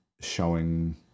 showing